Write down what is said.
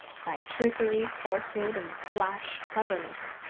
by trickery, falsehood, and flash cleverness,